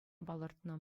палӑртнӑ